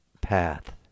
path